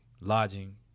lodging